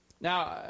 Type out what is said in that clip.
Now